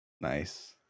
Nice